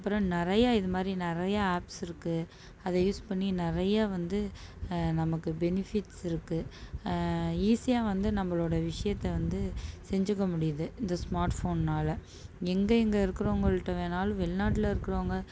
அப்புறம் நிறையா இதுமாதிரி நிறையா ஆப்ஸ் இருக்கு அதை யூஸ் பண்ணி நிறையா வந்து நமக்கு பெனிஃபிட்ஸ் இருக்கு ஈஸியாக வந்து நம்மளோட விஷியத்தை வந்து செஞ்சிக்க முடியுது இந்த ஸ்மார்ட் ஃபோன்னால எங்கே எங்கே இருக்குறவங்கள்கிட்ட வேணாலும் வெளிநாட்டில இருக்குறவங்க